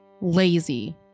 lazy